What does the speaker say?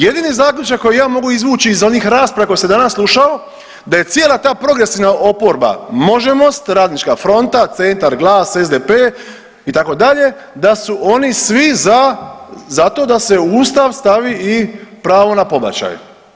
Jedini zaključak koji ja mogu izvući iz onih rasprava koje sam danas slušao da je cijela ta progresivna oporba možemost, Radnička fronta, Centar, GLAS, SDP, itd., da su oni svi za to da se u Ustav stavi i pravo na pobačaj.